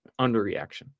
underreaction